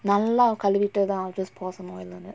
நல்லா கழுவிட்டுதா:nallaa kaluvituthaa I'll just pour some oil in it